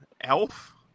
Elf